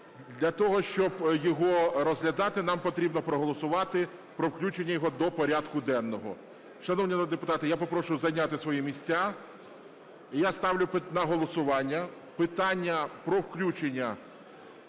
Для того, щоб його розглядати, нам потрібно проголосувати про включення його до порядку денного. Шановні народні депутати, я попрошу зайняти свої місця. Я ставлю на голосування питання про включення